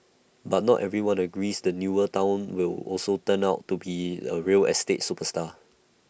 but not everyone agrees the newer Town will also turn out to be A real estate superstar